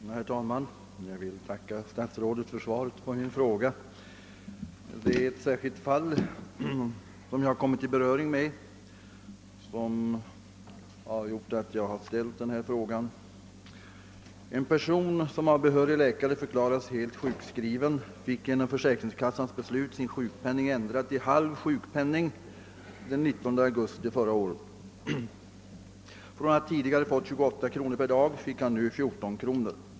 Herr talman! Jag vill tacka statsrådet för svaret på min fråga. Det är ett särskilt fall som jag har kommit i beröring med som föranlett mig att ställa denna fråga. Det var en person som av behörig läkare hade förklarats vara helt sjukskriven, men han fick genom försäkringskassans beslut sjukpenningen ändrad till halv sjukpenning den 19 augusti förra året. Från att tidigare ha fått 28 kronor per dag fick han nu 14 kronor.